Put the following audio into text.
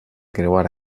creuar